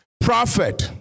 Prophet